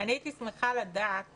אני הייתי שמחה לדעת